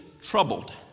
troubled